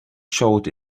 showed